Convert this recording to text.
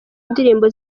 ndirimbo